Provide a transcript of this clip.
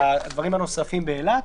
הדברים הנוספים באילת,